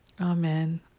Amen